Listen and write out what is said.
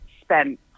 spent